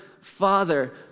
father